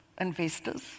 investors